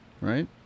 right